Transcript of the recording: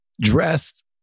dressed